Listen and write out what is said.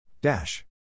Dash